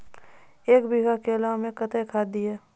एक बीघा केला मैं कत्तेक खाद दिये?